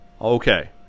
Okay